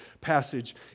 passage